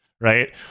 right